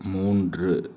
மூன்று